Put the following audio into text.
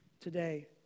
today